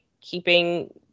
keeping